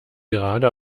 gerade